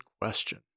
question